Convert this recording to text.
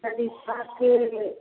सरीफाके